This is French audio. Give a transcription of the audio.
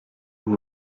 vous